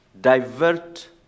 divert